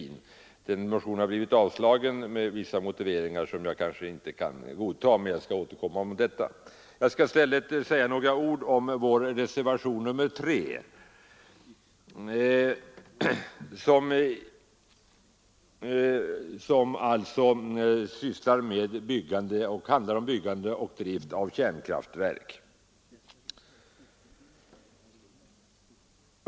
Motionen har trots positiv skrivning blivit avstyrkt med vissa motiveringar som jag inte kan godta, men jag skall återkomma till det. I stället vill jag säga några ord om vår reservation nr 3, som handlar om byggande och drift av kärnkraftverk.